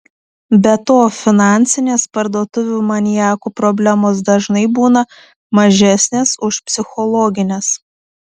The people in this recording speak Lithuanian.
be to finansinės parduotuvių maniakų problemos dažnai būna mažesnės už psichologines